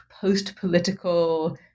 post-political